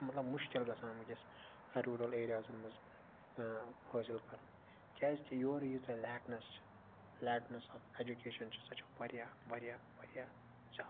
مَطلَب مُشکِل گَژھان ونکیٚس روٗرَل ایریازَن مَنٛز حٲصل کَرن کیازِ کہ یورٕ ییٖژاہ لیکنیٚس چھِ لیکنیٚس آف ایٚجُکیشَن چھِ سۄ چھِ واریاہ واریاہ واریاہ زیادٕ